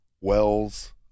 Wells